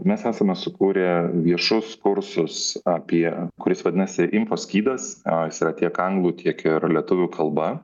mes esame sukūrę viešus kursus apie kuris vadinasi info skydas jis yra tiek anglų tiek ir lietuvių kalba